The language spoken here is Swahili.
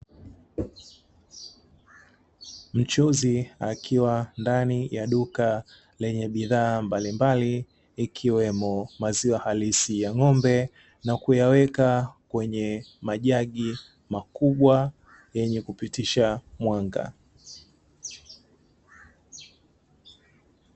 Mchuuzi akiwa ndani ya duka lenye bidhaa mbalimbali, ikiwemo maziwa halisi ya ng'ombe, na kuyaweka kwenye majagi makubwa, yenye kupitisha mwanga.